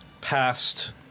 past